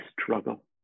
struggle